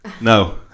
no